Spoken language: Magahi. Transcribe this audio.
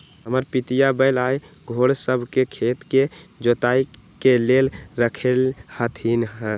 हमर पितिया बैल आऽ घोड़ सभ के खेत के जोताइ के लेल रखले हथिन्ह